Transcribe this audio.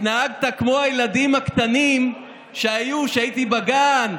התנהגת כמו הילדים הקטנים שהיו כשהייתי בגן,